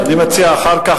אני מציע: אחר כך,